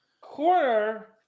Quarter